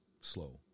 slow